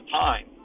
time